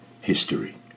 history